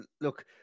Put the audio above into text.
look